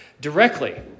directly